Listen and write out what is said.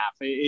half